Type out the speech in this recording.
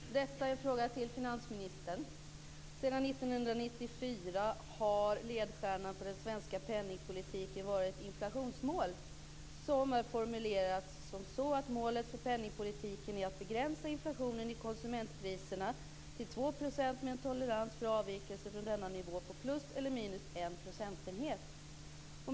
Fru talman! Detta är en fråga till finansministern. Sedan 1994 har ledstjärnan för den svenska penningpolitiken varit ett inflationsmål som formulerats så att målet för penningpolitiken är att begränsa inflationen i konsumentpriserna till 2 % med en tolerans för avvikelser från denna nivå på plus eller minus en procentenhet.